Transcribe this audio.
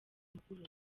amakuru